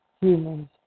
humans